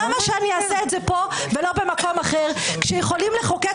למה שאני אעשה את זה פה ולא במקום אחר כשיכולים לחוקק